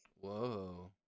Whoa